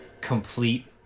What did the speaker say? complete